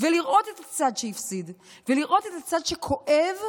ולראות את הצד שהפסיד ולראות את הצד שכואב,